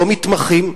לא מתמחים,